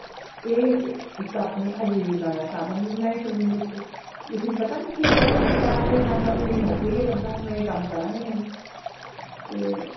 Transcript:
एह् इक अपनी आजीविका दा साधन बी बनाई सकदे न बच्चे लेकिन पता निं कि पढ़ी लिखी हर कोई चाहंदा कि मिगी नौकरी गै लब्भे में एह् कम्म करांऽ गै नेईं ते